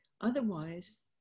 otherwise